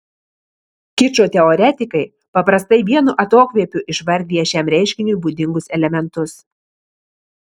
kičo teoretikai paprastai vienu atokvėpiu išvardija šiam reiškiniui būdingus elementus